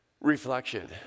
reflection